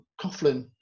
Coughlin